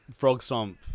Frogstomp